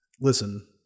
listen